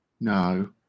No